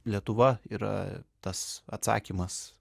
lietuva yra tas atsakymas